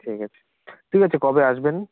ঠিক আছে ঠিক আছে কবে আসবেন